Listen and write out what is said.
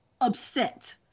upset